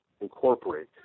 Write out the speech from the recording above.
incorporate